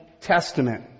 Testament